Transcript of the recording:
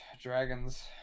dragons